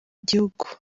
igihugu